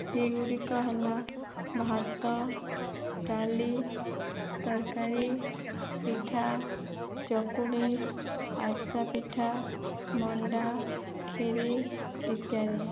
ସେଇଗୁଡ଼ିକ ହେଲା ଭାତ ଡାଲି ତରକାରି ପିଠା ଚକୁଳି ଆରିସା ପିଠା ମଣ୍ଡା କ୍ଷୀରି ଇତ୍ୟାଦି